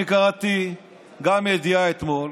אני קראתי ידיעה אתמול